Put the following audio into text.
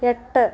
എട്ട്